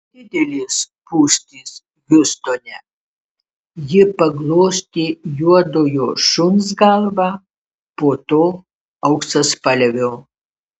nedidelės spūstys hjustone ji paglostė juodojo šuns galvą po to auksaspalvio